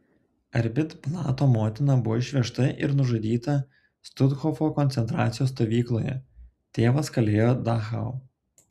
arbit blato motina buvo išvežta ir nužudyta štuthofo koncentracijos stovykloje tėvas kalėjo dachau